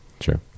Sure